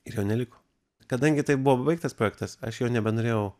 ir jo neliko kadangi tai buvo baigtas projektas aš jo nebenorėjau